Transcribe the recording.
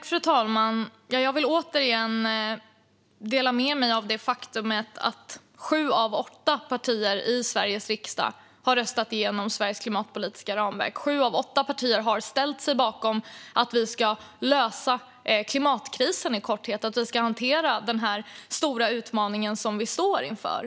Fru talman! Jag vill återigen dela med mig av det faktum att sju av åtta partier i Sveriges riksdag har röstat igenom Sveriges klimatpolitiska ramverk. Sju av åtta partier har ställt sig bakom att vi ska lösa klimatkrisen och att vi ska hantera den stora utmaning som vi står inför.